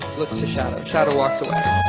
to shadow. shadow walks away.